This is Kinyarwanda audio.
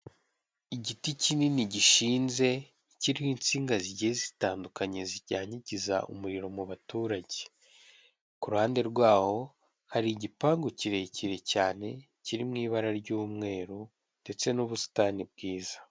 Igiti kinini gishinze kiriho insinga zigiye zitandukanye zinyanyagiza umuriro mu baturage, ku ruhande rwawo hari igipangu kirekire cyane kiri mu ibara ry'umweru ndetse n'ubusitani bwiza.